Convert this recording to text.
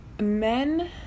men